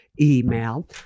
email